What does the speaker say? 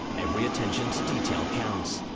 every attention to detail counts.